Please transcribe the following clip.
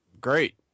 great